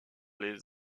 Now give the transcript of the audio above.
les